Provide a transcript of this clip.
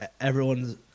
everyone's